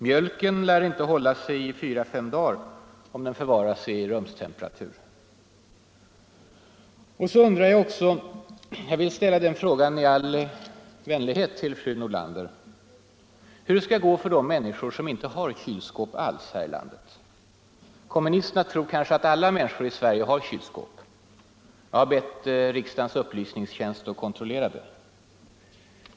Mjölken lär inte hålla sig i fyra fem dagar om den förvaras i rumstemperatur. Så undrar jag också hur det skall gå för de människor som inte har kylskåp alls här i landet. Kommunisterna tror kanske att alla människor i Sverige har kylskåp. Jag har bett riksdagens upplysningstjänst att kontrollera läget.